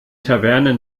taverne